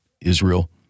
Israel